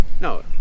no